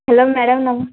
hello madam ନ